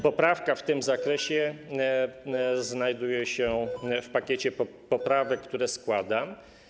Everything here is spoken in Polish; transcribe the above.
Poprawka w tym zakresie znajduje się w pakiecie poprawek, które składam.